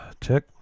check